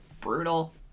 brutal